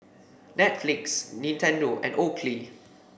Netflix Nintendo and Oakley